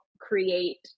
create